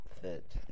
fit